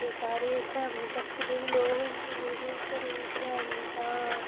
ते ओह् सारे इत्थें अपने कच्छ दे लोग न ते मेरे घरै जेह्के हैन तां